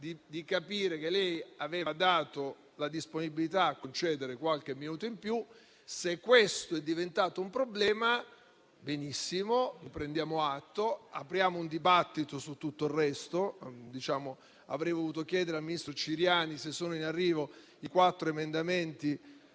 di capire che lei aveva dato la disponibilità a concedere qualche minuto in più. Se questo è diventato un problema, ne prendiamo atto e apriamo un dibattito su tutto il resto - avrei voluto chiedere al ministro Ciriani se sono in arrivo i quattro emendamenti